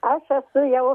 aš esu jau